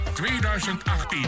2018